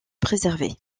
préservés